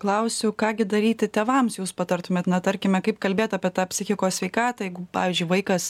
klausiu ką gi daryti tėvams jūs patartumėt na tarkime kaip kalbėt apie tą psichikos sveikatą jeigu pavyzdžiui vaikas